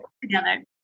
together